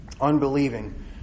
Unbelieving